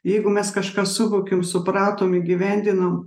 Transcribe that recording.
jeigu mes kažką suvokėm supratom įgyvendinom